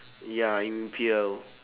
ya in E_P_L